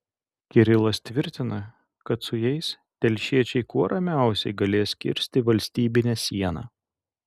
kirilas tvirtina kad su jais telšiečiai kuo ramiausiai galės kirsti valstybinę sieną